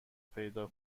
پیدا